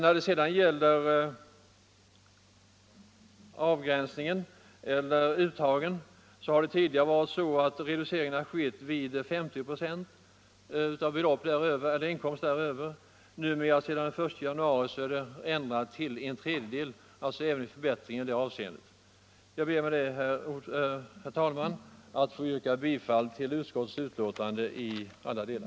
Då det gäller reduktionsfaktorn för erhållande av bl.a. kommunalt bostadstillägg, är den ändrad fr.o.m. den 1 januari 1975 från hälften till en tredjedel. Jag ber med detta, herr talman, att få yrka bifall till utskottets hemställan i alla delar.